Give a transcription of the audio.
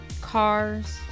cars